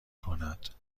کند